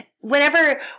Whenever